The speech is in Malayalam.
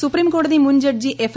സുപ്രീംകോടതി മുൻ ജഡ്ജി എഫ്